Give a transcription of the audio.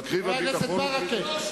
מרכיב הביטחון הוא קריטי, זה לא צודק.